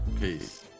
peace